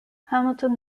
hamilton